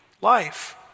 life